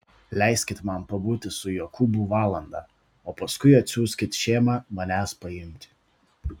leiskit man pabūti su jokūbu valandą o paskui atsiųskit šėmą manęs paimti